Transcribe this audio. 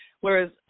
whereas